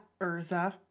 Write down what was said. Urza